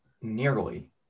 nearly